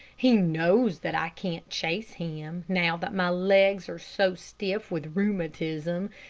he knows that i can't chase him, now that my legs are so stiff with rheumatism,